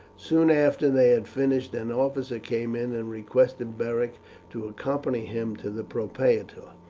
soon after they had finished an officer came in and requested beric to accompany him to the propraetor.